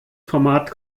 format